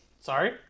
sorry